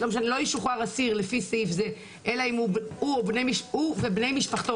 לא ישוחרר אסיר לפי סעיף זה אלא אם הוא ובני משפחתו